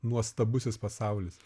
nuostabusis pasaulis